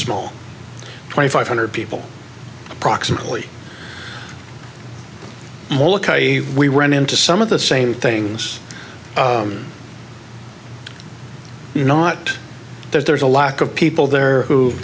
small twenty five hundred people approximately we run into some of the same things not there's a lack of people there who